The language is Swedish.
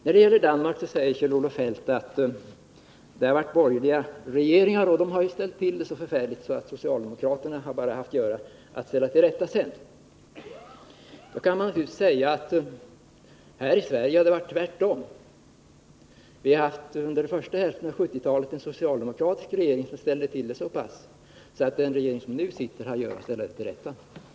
När det gäller Danmark säger Kjell-Olof Feldt att där funnits borgerliga regeringar som ställt till det så förfärligt att socialdemokraterna sedan haft fullt upp med att lägga till rätta. Här i Sverige har det varit tvärtom — vi har under den första hälften av 1970-talet haft en socialdemokratisk regering som ställt till det så med ekonomin att den regering som nu sitter måste göra stora ansträngningar att vrida utvecklingen rätt.